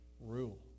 rule